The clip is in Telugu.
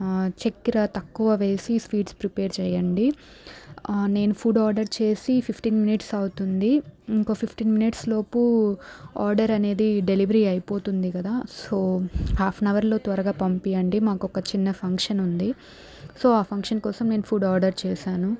చెక్కర తక్కువ వేసి స్వీట్స్ ప్రిపేర్ చేయండి నేను ఫుడ్ ఆర్డర్ చేసి ఫిఫ్టీన్ మినిట్స్ అవుతుంది ఇంకో ఫిఫ్టీన్ మినిట్స్ లోపు ఆర్డర్ అనేది డెలివరీ అయిపోతుంది కదా సో హాఫ్ ఎన్ అవర్లో త్వరగా పంపివ్వండి మాకు ఒక చిన్న ఫంక్షన్ ఉంది సో ఆ ఫంక్షన్ కోసం నేను ఫుడ్ ఆర్డర్ చేశాను